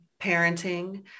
parenting